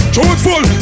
Truthful